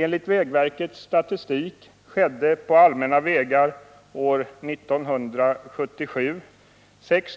Enligt vägverkets statistik skedde år 1977 på allmänna vägar 6